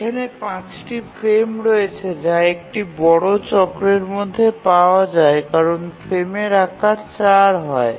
এখানে ৫টি ফ্রেম রয়েছে যা একটি বড় চক্রের মধ্যে পাওয়া যায় কারণ ফ্রেমের আকার ৪হয়